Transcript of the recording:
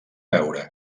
beure